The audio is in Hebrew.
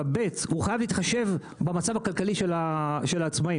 וכן, שהוא חייב להתחשב במצב הכלכלי של העצמאים.